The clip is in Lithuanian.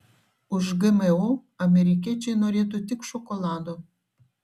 už gmo amerikiečiai norėtų tik šokolado